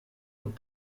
und